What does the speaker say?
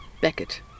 Beckett